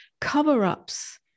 cover-ups